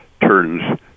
turns